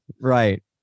right